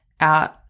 out